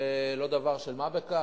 זה לא דבר של מה בכך.